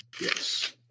yes